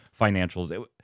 financials